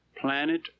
Planet